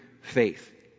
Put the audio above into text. faith